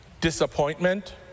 Disappointment